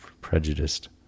prejudiced